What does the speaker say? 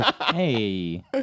Hey